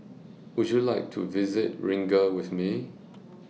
Would YOU like to visit Riga with Me